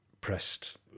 pressed